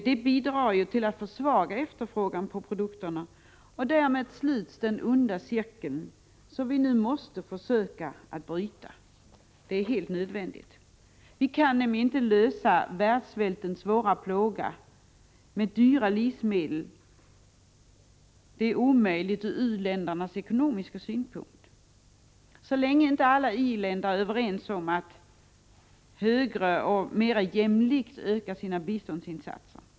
Det bidrar till att försvaga efterfrågan på produkterna, och därmed sluts den onda cirkel som vi nu måste försöka bryta — det är helt nödvändigt. Vi kan inte lösa världssvältens svåra plåga med dyra livsmedel. Det är omöjligt ur u-landsekonomisk synpunkt så länge inte alla i-länder är överens om att i högre grad och mera jämlikt öka sina biståndsinsatser.